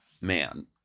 man